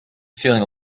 feeling